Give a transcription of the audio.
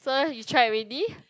so you tried already